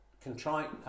contrite